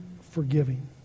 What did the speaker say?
forgiving